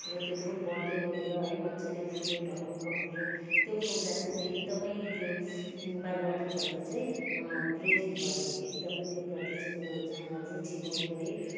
र त्यो फुल बढदै गएर है मजाले फुल्यो ढकमक्क फुल्यो त्यो फुल्दा चै म एकदमै त्यो बागवानी प्रति चाहिँ प्रेरित भएँ एकदमै त्यो प्रति चाहिँ मेरो रुचि बढ्यो है